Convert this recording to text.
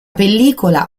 pellicola